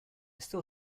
still